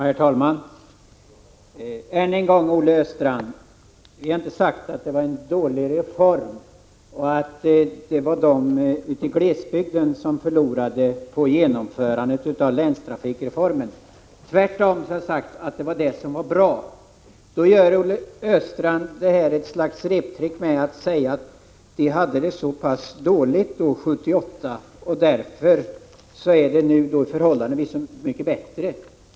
Herr talman! Än en gång, Olle Östrand: Jag har inte sagt att det var en dålig reform och att det var människorna i glesbygden som förlorade på genomförandet av länstrafikreformen. Tvärtom har jag sagt att det var en bra reform. Då gör Olle Östrand ett slags reptrick med att säga att vi hade det så pass dåligt 1978, och därför är det nu förhållandevis mycket bättre.